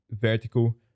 vertical